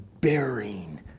bearing